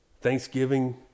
Thanksgiving